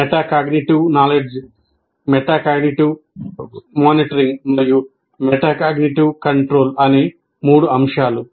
metacognitive knowledge metacognitive monitoring మరియు metacognitive control అనే మూడు అంశాలు